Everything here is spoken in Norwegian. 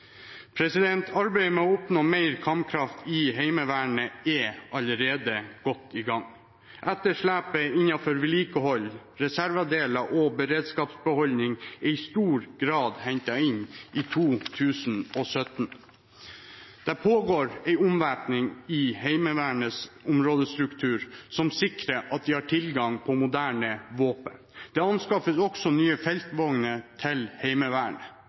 Arbeidet med å oppnå mer kampkraft i Heimevernet er allerede godt i gang. Etterslepet innenfor vedlikehold, reservedeler og beredskapsbeholdninger er i stor grad hentet inn i 2017. Det pågår en omvæpning i Heimevernets områdestruktur, som sikrer at de har tilgang på moderne våpen. Det anskaffes også nye feltvogner til Heimevernet.